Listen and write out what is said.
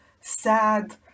sad